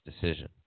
decision